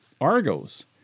Argos